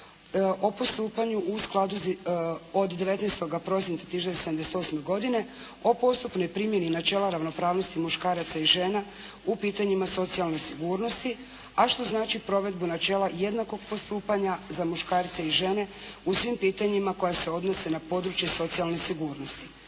o postupanju u skladu od 19. prosinca 1978. godine, o postupnoj primjeni načela ravnopravnosti muškaraca i žena u pitanjima socijalne sigurnosti, a što znači provedbu načela jednakog postupanja za muškarce i žene u svim pitanjima koja se odnose na područje socijalne sigurnosti.